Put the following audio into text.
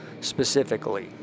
specifically